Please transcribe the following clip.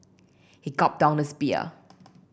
he gulped down his beer